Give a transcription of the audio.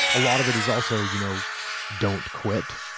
a lot of it is also you know don't quit.